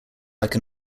like